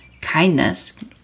kindness